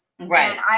right